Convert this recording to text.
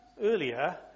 earlier